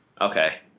Okay